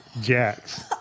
Jax